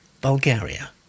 Bulgaria